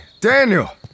Daniel